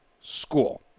school